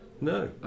No